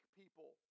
people